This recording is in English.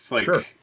Sure